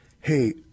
Hey